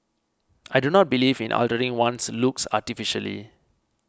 I do not believe in altering one's looks artificially